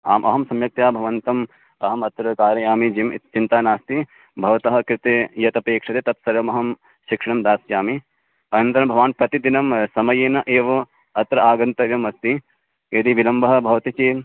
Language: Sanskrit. आम् अहं सम्यक्तया भवन्तम् अहमत्र कारयामि जिम् चिन्ता नास्ति भवतः कृते यत् अपेक्षते तत् सर्वमहं शिक्षणं दास्यामि अनन्तरं भवान् प्रतिदिनं समयेन एव अत्र आगन्तव्यमस्ति यदि विलम्बः भवति चेत्